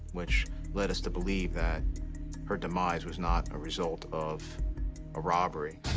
which led us to believe that her demise was not a result of a robbery.